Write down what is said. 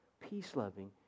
peace-loving